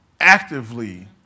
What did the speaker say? actively